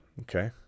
Okay